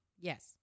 Yes